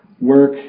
work